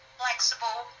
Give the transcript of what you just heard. flexible